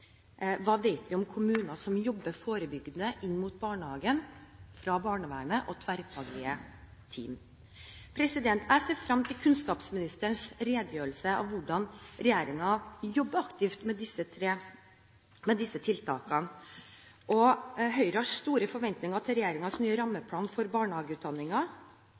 hva vi vet om kommuner som jobber forebyggende inn mot barnehagen fra barnevernet og tverrfaglige team. Jeg ser frem til kunnskapsministerens redegjørelse om hvordan regjeringen jobber aktivt med disse tiltakene. Høyre har store forventninger til regjeringens nye rammeplan for